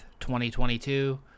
2022